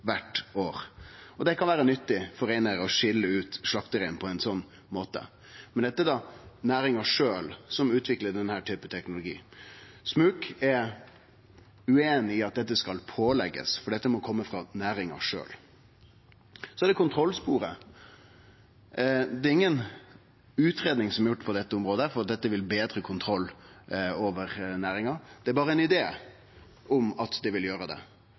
kvart år. Det kan vere nyttig for reineigarar å skilje ut slakterein på ein slik måte. Men her er det da næringa sjølv som utviklar denne typen teknologi. Smuk er ueinig i at dette skal bli pålagt, for dette må kome frå næringa sjølv. Når det gjeld kontrollsporet, er det inga utgreiing som er gjort på dette området, som tilseier at dette vil betre kontrollen over næringa. Det er berre ein idé om at det vil gjere det.